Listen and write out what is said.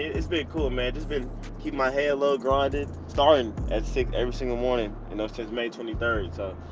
it's been cool, man. just been keeping my head low, grinding. starting at six every single morning, you know, since may twenty three.